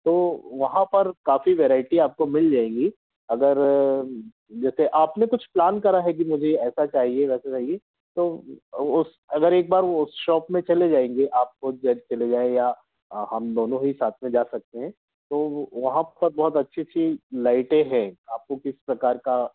तो वहाँ पर काफ़ी वैरायटी आपको मिल जाएगी अगर जैसे आपने कुछ प्लान करा है कि मुझे ऐसा चाहिए वैसा चाहिए तो वह उस अगर एक बार वह उस शॉप में चले जाएँगे आपको ख़ुद जब चले जाएँ या हम दोनों ही साथ में जा सकते हैं तो वहाँ पर बहुत अच्छी अच्छी लाइटें हैं आपको किस प्रकार का